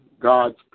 God's